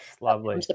lovely